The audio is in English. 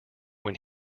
when